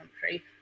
country